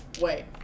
Wait